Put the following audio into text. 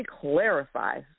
clarify